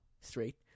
straight